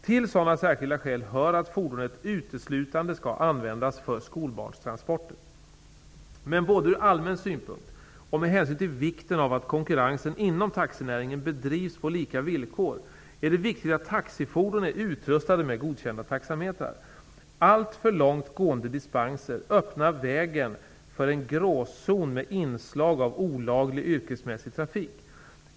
Till sådana särskilda skäl hör att fordonet uteslutande skall användas för skolbarnstransporter. Men både ur allmän synpunkt och med hänsyn till vikten av att konkurrensen inom taxinäringen bedrivs på lika villkor är det viktigt att taxifordon är utrustade med godkända taxametrar. Allt för långt gående dispenser öppnar vägen för en gråzon med inslag av olaglig yrkesmässig trafik.